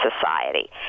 Society